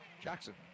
jackson